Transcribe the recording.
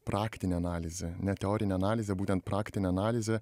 praktinė analizė ne teorinė analizė būtent praktinė analizė